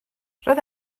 roedd